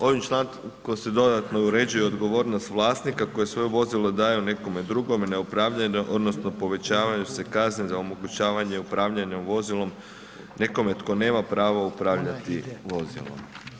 Ovim člankom se dodatno uređuje odgovornost vlasnika koji svoje vozilo daje nekome drugome na upravljanje odnosno povećavaju se kazne za omogućavanje upravljanja vozilom nekome tko nema pravo upravljati vozilom.